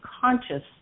conscious